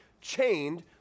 chained